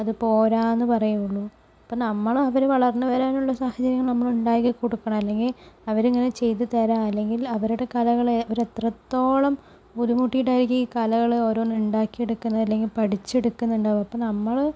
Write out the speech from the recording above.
അതു പോരയെന്ന് പറയുകയുള്ളൂ അപ്പോൾ നമ്മൾ അവർ വളർന്നു വരാനുള്ള സാഹചര്യങ്ങൾ നമ്മളുണ്ടാക്കിക്കൊടുക്കണം അല്ലെങ്കിൽ അവരിങ്ങനെ ചെയ്തു തരാം അല്ലെങ്കിൽ അവരുടെ കലകളെ അവരെത്രത്തോളം ബുദ്ധിമുട്ടിയിട്ടായിരിക്കും ഈ കലകൾ ഓരോന്ന് ഉണ്ടാക്കി എടുക്കുന്നത് അല്ലെങ്കിൽ പഠിച്ചെടുക്കുന്നുണ്ടാവുക അപ്പോൾ നമ്മൾ